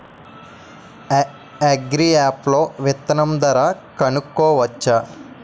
Agri app లో విత్తనం ధర కనుకోవచ్చా?